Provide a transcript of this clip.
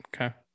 Okay